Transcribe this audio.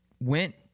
went